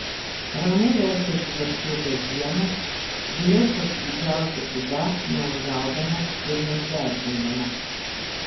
ramiai verčiasi dar šiltos dienos blėsta su didžiausia atida neužgaudamos ir nesierzindamos